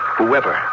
whoever